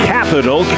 Capital